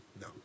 No